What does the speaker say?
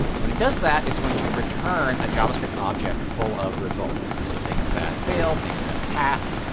and when it does that, it's going to return a javascript object full of results. so things that fail, things that passed.